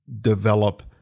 develop